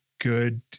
good